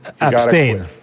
abstain